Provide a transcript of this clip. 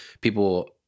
people